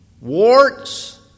warts